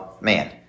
Man